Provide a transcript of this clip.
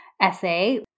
essay